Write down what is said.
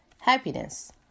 happiness